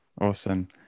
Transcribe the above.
awesome